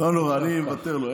לא נורא, אני מוותר לו.